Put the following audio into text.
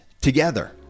together